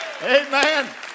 Amen